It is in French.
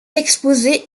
exposé